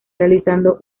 realizando